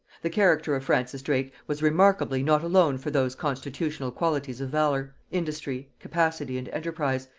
the character of francis drake was remarkable not alone for those constitutional qualities of valor, industry, capacity and enterprise,